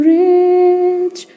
rich